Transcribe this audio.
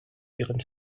ihren